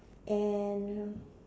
and